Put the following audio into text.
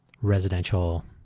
residential